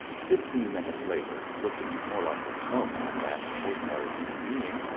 fifteen minutes later, looking more like a snowman than an ordinary human being,